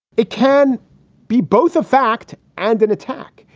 it can be both a fact and an attack.